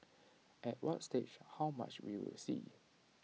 at what stage how much we will see